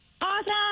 Awesome